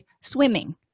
swimming